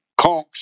conks